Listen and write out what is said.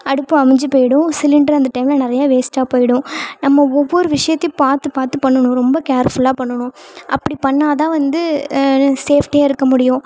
அடுப்பு அணைஞ்சி போயிடும் சிலிண்டர் அந்த டைமில் நிறையா வேஸ்ட்டாக போயிடும் நம்ம ஒவ்வொரு விஷயத்தையும் பார்த்து பார்த்து பண்ணணும் ரொம்ப கேர்ஃபுல்லாக பண்ணணும் அப்படி பண்ணிணா தான் வந்து சேஃப்டியாக இருக்க முடியும்